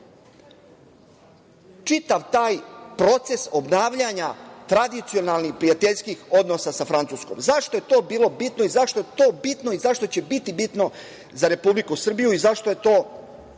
čitav taj proces obnavljanja tradicionalnih prijateljskih odnosa sa Francuskom.Zašto je to bilo bitno i zašto je to bitno i zašto će biti bitno za Republiku Srbiju i zašto je to